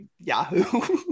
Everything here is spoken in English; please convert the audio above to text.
Yahoo